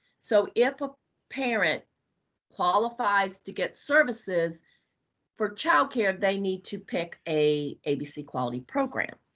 so if a parent qualifies to get services for child care, they need to pick a abc quality program.